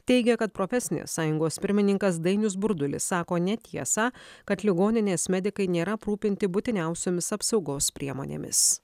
teigia kad profesinės sąjungos pirmininkas dainius burdulis sako netiesą kad ligoninės medikai nėra aprūpinti būtiniausiomis apsaugos priemonėmis